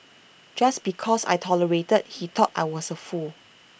just because I tolerated he thought I was A fool